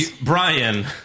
Brian